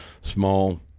small